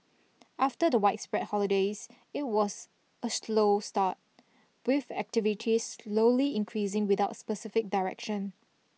after the widespread holidays it was a slow start with activity slowly increasing without specific direction